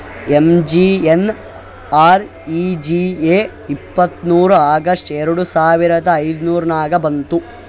MGNREGA ಇಪ್ಪತ್ತ್ಮೂರ್ August ಎರಡು ಸಾವಿರದ ಐಯ್ದುರ್ನಾಗ್ ಬಂತು